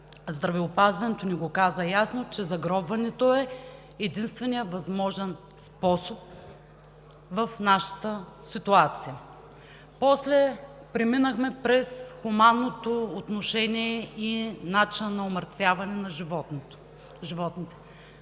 здравеопазването ни го каза, че загробването е единственият възможен способ в нашата ситуация. После, преминахме през хуманното отношение и начин на умъртвяване на животните.